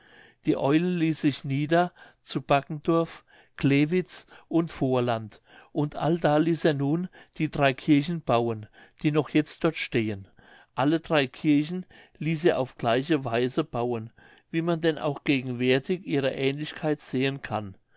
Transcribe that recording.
die eule ließ sich nieder zu baggendorf glevitz und vorland und allda ließ er nun die drei kirchen bauen die noch jetzt dort stehen alle drei kirchen ließ er auf gleiche weise bauen wie man denn auch gegenwärtig ihre aehnlichkeit sehen kann